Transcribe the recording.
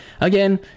Again